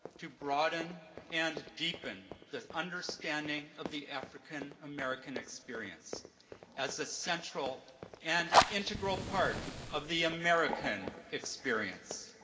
to broaden and deepen the understanding of the african american experience as a central and integral part of the american experience.